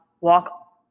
walk